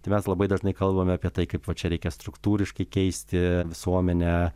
tai mes labai dažnai kalbame apie tai kaip va čia reikia struktūriškai keisti visuomenę